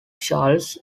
charles